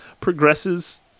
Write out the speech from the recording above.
progresses